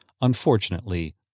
unfortunately